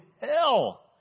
hell